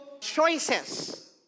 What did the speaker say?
choices